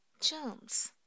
Germs